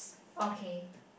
okay